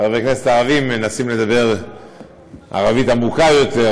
חברי כנסת ערבים מנסים לדבר ערבית עמוקה יותר.